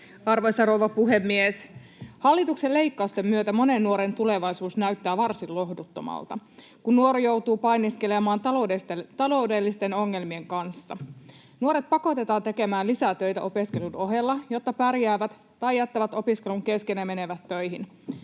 Arvoisa rouva puhemies! Hallituksen leikkausten myötä monen nuoren tulevaisuus näyttää varsin lohduttomalta, kun nuori joutuu painiskelemaan taloudellisten ongelmien kanssa. Nuoret pakotetaan tekemään lisää töitä opiskelun ohella, jotta pärjäävät, tai jättävät opiskelun kesken ja menevät töihin.